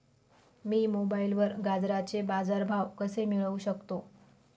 मी मोबाईलवर गाजराचे बाजार भाव कसे मिळवू शकतो?